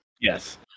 Yes